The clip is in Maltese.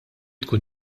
tkun